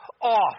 off